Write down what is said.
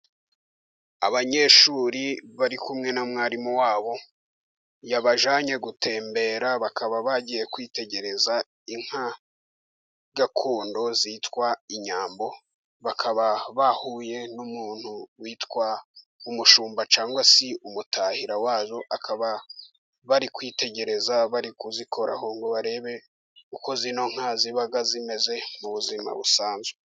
Abanyeshuri bari kumwe na mwarimu wabo, yabajyanye gutembera bakaba bagiye kwitegereza inka gakondo zitwa inyambo, bakaba bahuye n'umuntu witwa umushumba cyangwa se umutahira wazo, bakaba bari kwitegereza bari kuzikoraho ngo barebe uko zino nka ziba zimeze mu buzima busanzwe.